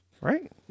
Right